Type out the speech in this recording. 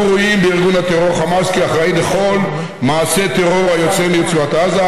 אנו רואים בארגון הטרור חמאס אחראי לכל מעשה טרור היוצא מרצועת עזה,